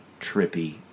trippy